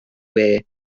hardware